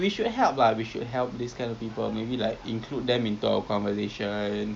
you cannot claim compensation lah because it's at your own risk mah you masuk tempat gitu so